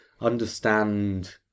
understand